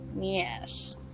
Yes